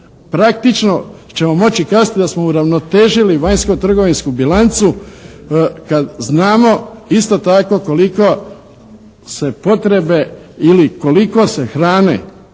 praktično ćemo moći kazati da smo uravnotežili vanjsko-trgovinsku bilancu kad znamo isto tako koliko se potrebe ili koliko se hrane